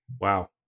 Wow